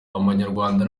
abanyarwanda